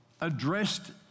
addressed